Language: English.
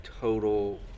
total